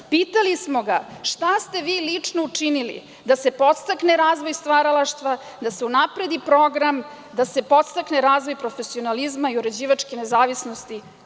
Pitali smo ga – šta ste vi lično učinili da se podstakne razvoj stvaralaštva, da se unapredi program, da se podstakne razvoj profesionalizma i uređivačke nezavisnosti?